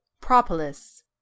Propolis